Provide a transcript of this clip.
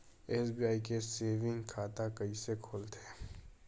SBI के saving खाता कइसे खोलथे?